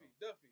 Duffy